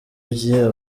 bya